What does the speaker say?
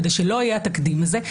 כדי שלא יהיה התקדים הזה,